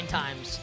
times